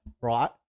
Right